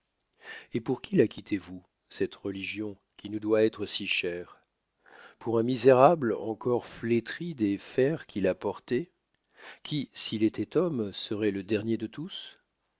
et pour qui la quittez vous cette religion qui nous doit être si chère pour un misérable encore flétri des fers qu'il a portés qui s'il étoit homme seroit le dernier de tous